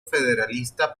federalista